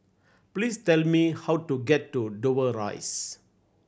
please tell me how to get to Dover Rise